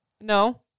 No